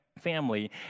family